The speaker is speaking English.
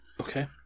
Okay